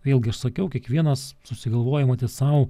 vėlgi aš sakiau kiekvienas susigalvoja matyt sau